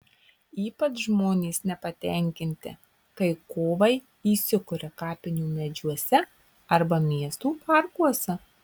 ypač žmonės nepatenkinti kai kovai įsikuria kapinių medžiuose arba miestų parkuose